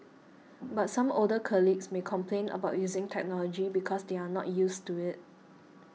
but some older colleagues may complain about using technology because they are not used to it